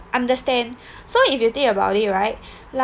understand so if you think about it right